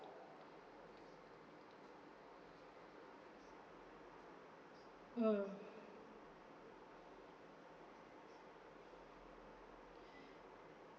mm